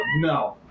no